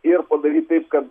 ir padaryt taip kad